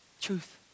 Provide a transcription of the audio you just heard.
truth